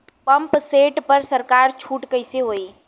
Pump set पर सरकार छूट कईसे होई?